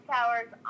Towers